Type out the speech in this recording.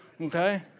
Okay